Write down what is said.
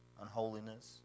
unholiness